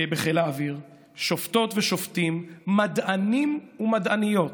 בחיל האוויר, שופטות ושופטים, מדענים ומדעניות.